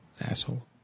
asshole